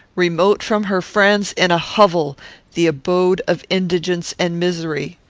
remote from her friends in a hovel the abode of indigence and misery.